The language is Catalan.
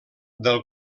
del